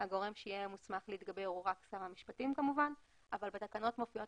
הגורם שיהיה מוסמך להתגבר הוא רק שר המשפטים כמובן אבל בתקנות מופיעות